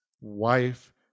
wife